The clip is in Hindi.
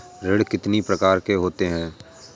ऋण कितनी प्रकार के होते हैं?